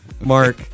Mark